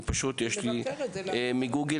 נציגת גוגל